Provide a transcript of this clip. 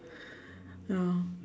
ya